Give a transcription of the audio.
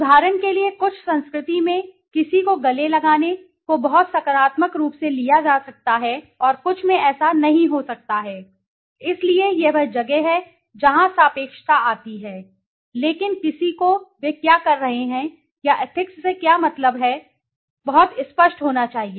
उदाहरण के लिए कुछ संस्कृति में किसी को गले लगाने को बहुत सकारात्मक रूप में लिया जा सकता है और कुछ में ऐसा नहीं हो सकता है इसलिए यह वह जगह है जहां सापेक्षता आती है लेकिन किसी को वे क्या कर रहे हैं या एथिक्स से क्या मतलब है में बहुत स्पष्ट होना चाहिए